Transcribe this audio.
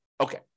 Okay